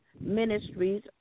Ministries